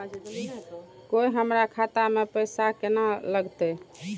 कोय हमरा खाता में पैसा केना लगते?